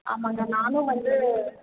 ஆமாம்ங்க நானும் வந்து